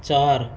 चार